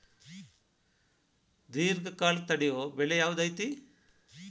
ದೇರ್ಘಕಾಲ ತಡಿಯೋ ಬೆಳೆ ಯಾವ್ದು ಐತಿ?